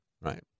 right